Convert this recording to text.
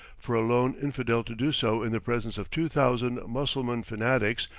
for a lone infidel to do so in the presence of two thousand mussulman fanatics,